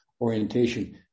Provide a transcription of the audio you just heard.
orientation